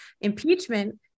Impeachment